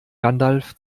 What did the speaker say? gandalf